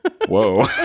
Whoa